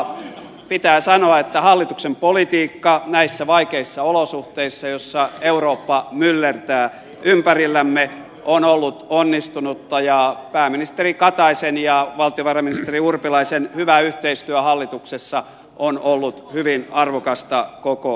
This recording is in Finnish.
ja pitää sanoa että hallituksen politiikka näissä vaikeissa olosuhteissa joissa eurooppa myllertää ympärillämme on ollut onnistunutta ja pääministeri kataisen ja valtiovarainministeri urpilaisen hyvä yhteistyö hallituksessa on ollut hyvin arvokasta koko suomelle